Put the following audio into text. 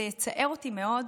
זה יצער אותי מאוד,